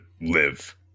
live